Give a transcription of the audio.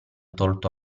tolto